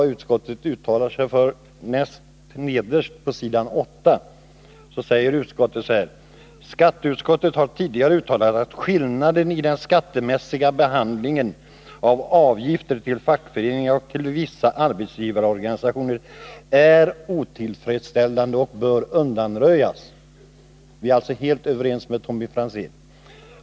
Utskottet uttalade nederst på s 8: ”Skatteutskottet har tidigare uttalat att skillnaden i den skattemässiga behandlingen av avgifter till fackföreningar och till vissa arbetsgivarorganisationer är otillfredställande och bör undanröjas.” Vi är alltså helt överens med Tommy Franzén.